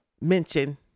mention